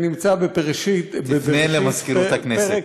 זה נמצא בבראשית, תפנה למזכירות הכנסת.